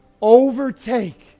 overtake